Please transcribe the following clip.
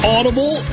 Audible